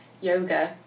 yoga